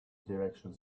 direction